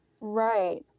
Right